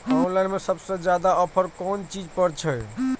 Online में सबसे ज्यादा ऑफर कोन चीज पर छे?